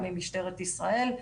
גם עם ממשלת ישראל,